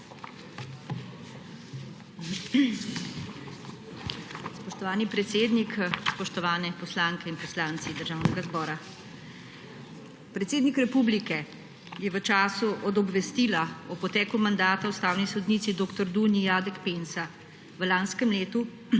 Spoštovani predsednik, spoštovane poslanke in poslanci Državnega zbora! Predsednik republike je v času od obvestila o poteku mandata ustavni sodnici dr. Dunji Jadek Pensa v lanskem letu